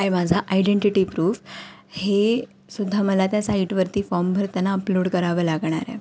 आहे माझा identity proof हे सुद्धा मला त्या साईटवरती फॉर्म भरताना अपलोड करावं लागणार आहे